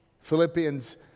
Philippians